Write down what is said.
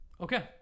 okay